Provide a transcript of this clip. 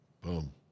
Boom